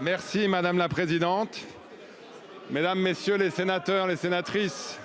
Merci madame la présidente. Mesdames, messieurs les sénateurs et sénatrices.